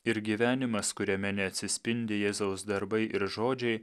ir gyvenimas kuriame neatsispindi jėzaus darbai ir žodžiai